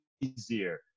easier